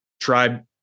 tribe